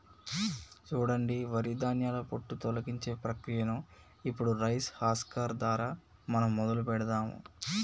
సూడండి వరి ధాన్యాల పొట్టు తొలగించే ప్రక్రియను ఇప్పుడు రైస్ హస్కర్ దారా మనం మొదలు పెడదాము